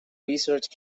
research